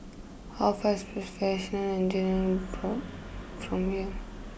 how far is Professional Engineer Broad from here